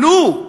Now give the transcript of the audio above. עלו.